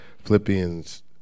Philippians